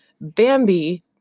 Bambi